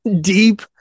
deep